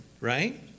right